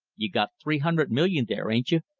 you got three hundred million there, ain't you?